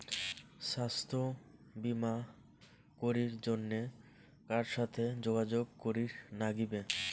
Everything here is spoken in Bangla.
স্বাস্থ্য বিমা করির জন্যে কার সাথে যোগাযোগ করির নাগিবে?